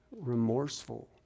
remorseful